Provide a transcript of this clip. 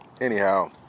Anyhow